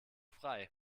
frei